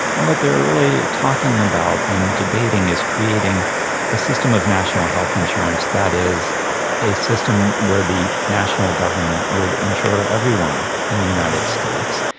and what they're really talking about and debating is creating a system of national health insurance that is a system where the national government would insure everyone in the united states,